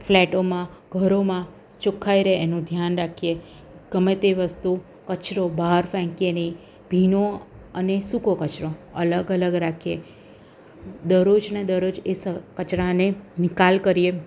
ફ્લેટોમાં ઘરોમાં ચોખ્ખાઈ રહે એનું ધ્યાન રાખીએ ગમે તે વસ્તુ કચરો બહાર ફેંકીએ નહીં ભીનો અને સૂકો કચરો અલગ અલગ રાખીએ દરરોજ ને દરરોજ એ કચરાને નિકાલ કરીએ